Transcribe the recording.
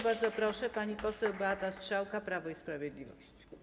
Bardzo proszę, pani poseł Beata Strzałka, Prawo i Sprawiedliwość.